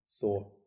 thought